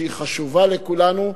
שהיא חשובה לכולנו,